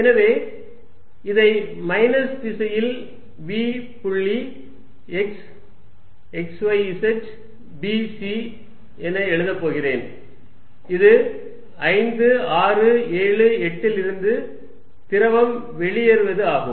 எனவே இதை மைனஸ் திசையில் v புள்ளி x x y z b c என எழுதப் போகிறேன் இது 5 6 7 8 லிருந்து திரவம் வெளியேறுவது ஆகும்